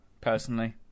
personally